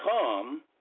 come